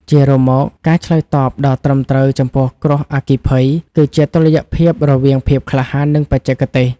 ជារួមមក ការឆ្លើយតបដ៏ត្រឹមត្រូវចំពោះគ្រោះអគ្គីភ័យ គឺជាតុល្យភាពរវាងភាពក្លាហាន និងបច្ចេកទេស។